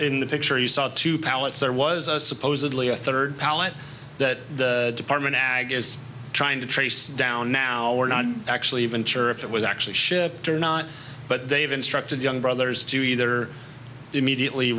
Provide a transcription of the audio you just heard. in the picture you saw two pallets there was supposedly a third pallet that the department ag is trying to trace down now we're not actually even sure if it was actually shipped or not but they have instructed young brothers to either immediately